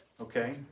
Okay